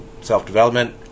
self-development